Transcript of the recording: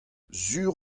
sur